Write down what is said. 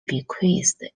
bequeathed